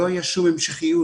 לא הייתה שום המשכיות.